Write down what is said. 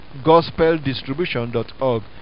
gospeldistribution.org